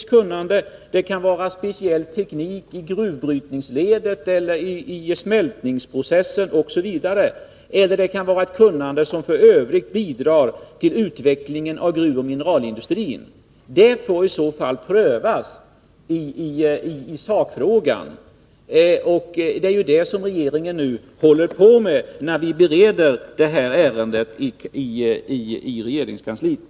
Det kan vara tekniskt kunnande, speciell teknik i gruvbrytningsledet eller i smältningsprocessen osv., eller det kan vara ett kunnande som f. ö. bidrar till utvecklingen av gruvoch mineralindustrin. Det är denna granskning som regeringen nu håller på med, när vi bereder ärendet i regeringskansliet.